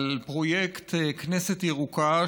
על פרויקט כנסת ירוקה,